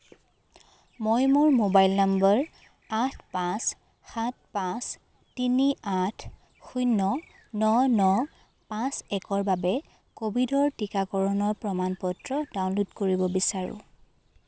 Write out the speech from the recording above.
মই মোৰ mobile number আঠ পাঁচ সাত পাঁচ তিনি আঠ শূন্য ন ন পাঁচ একৰ বাবে ক'ভিডৰ টিকাকৰণৰ প্ৰমাণ পত্ৰ ডাউনল'ড কৰিব বিচাৰোঁ